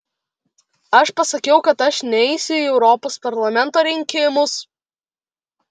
aš pasakiau kad aš neisiu į europos parlamento rinkimus